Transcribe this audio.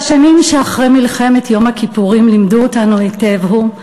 שהשנים שאחרי מלחמת יום הכיפורים לימדו אותנו היטב הוא,